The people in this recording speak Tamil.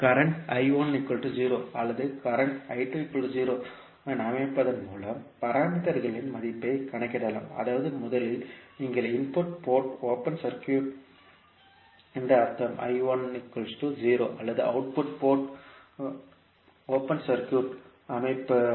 கரண்ட் அல்லது கரண்ட் ஐ அமைப்பதன் மூலம் பாராமீட்டர்்களின் மதிப்பைக் கணக்கிடலாம் அதாவது முதலில் நீங்கள் இன்புட் போர்ட் ஓபன் சர்க்யூட் என்று அர்த்தம் அல்லது அவுட்புட் போர்ட் ஓபன் சர்க்யூட் அமைப்பு என்றால்